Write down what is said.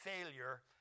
failure